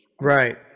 Right